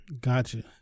Gotcha